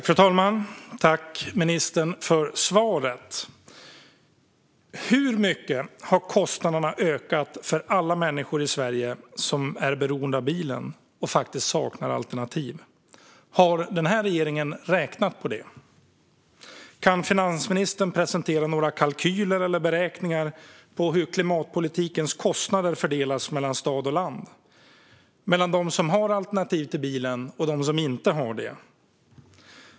Fru talman! Tack, ministern, för svaret! Hur mycket har kostnaderna ökat för alla människor i Sverige som är beroende av bilen och saknar alternativ? Har regeringen räknat på det? Kan finansministern presentera några kalkyler eller beräkningar för hur klimatpolitikens kostnader fördelas mellan stad och land, mellan dem som har alternativ till bilen och dem som inte har det?